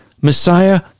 Messiah